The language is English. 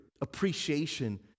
appreciation